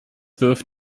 wirft